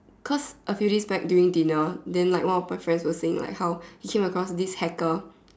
cause a few days back during dinner then like one of my friends was saying like how he came across this hacker